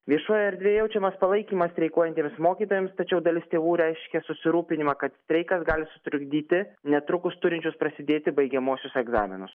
viešojoj erdvėje jaučiamas palaikymas streikuojantiems mokytojams tačiau dalis tėvų reiškia susirūpinimą kad streikas gali sutrukdyti netrukus turinčius prasidėti baigiamuosius egzaminus